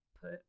put